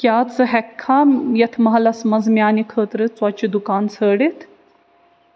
کیٛاہ ژٕ ہیکٕکھا یتھ محلس منز میٛانِہ خٲطرٕ ژۄچہِ دُکان ژھٲنٛڈِتھ